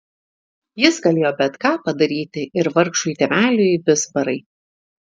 jis galėjo bet ką padaryti ir vargšui tėveliui vizbarai